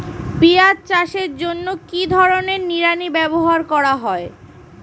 পিঁয়াজ চাষের জন্য কি ধরনের নিড়ানি ব্যবহার করা হয়?